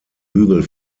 hügel